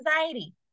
anxiety